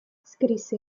scrisse